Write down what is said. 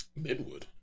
Midwood